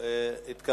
התש"ע 2010,